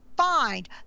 find